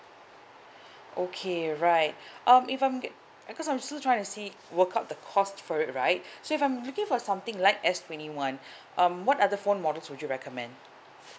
okay right um if I'm it because I'm still trying to see work out the cost for it right so if I'm looking for something like S twenty one um what are the phone models would you recommend